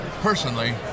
Personally